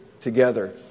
together